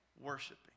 worshiping